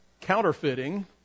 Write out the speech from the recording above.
counterfeiting